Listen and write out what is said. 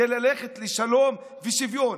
זה ללכת לשלום ושוויון.